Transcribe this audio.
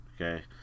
Okay